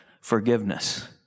forgiveness